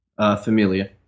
Familia